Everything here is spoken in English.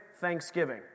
thanksgiving